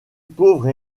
pauvre